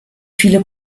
viele